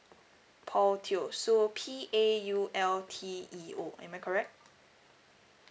paul teo so P A U L T E O am I correct